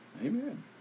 Amen